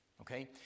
Okay